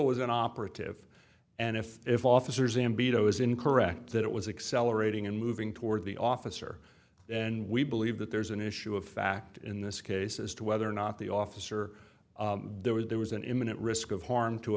was an operative and if if officers and beat i was incorrect that it was accelerating and moving toward the officer and we believe that there's an issue of fact in this case as to whether or not the officer there was there was an imminent risk of harm to a